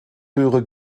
höhere